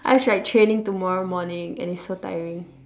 I have like training tomorrow morning and it's so tiring